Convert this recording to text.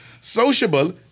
sociable